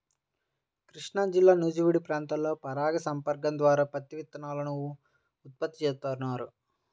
కృష్ణాజిల్లా నూజివీడు ప్రాంతంలో పరాగ సంపర్కం ద్వారా పత్తి విత్తనాలను ఉత్పత్తి చేస్తున్నారు